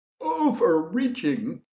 Overreaching